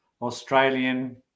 Australian